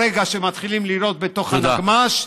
ברגע שמתחילים לירות בתוך הנגמ"ש,